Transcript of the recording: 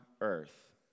earth